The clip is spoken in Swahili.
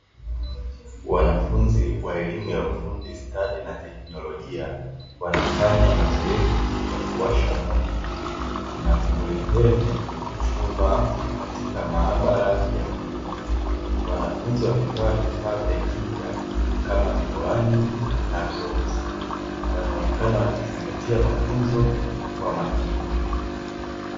Wanafunzi wa elimu ya stadi na teknolojia wanafanya mazoezi ya kuwasha moto na kurehemu chuma katika maabara ya ufundi. Wanafunzi wamevaa vifaa vya kinga kama miwani, na glovu wanaonekana wakizingatia mafunzo kwa makini.